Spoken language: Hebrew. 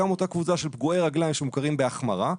גם אותה קבוצה של פגועי רגליים שמוכרים בהחמרה,